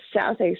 Southeast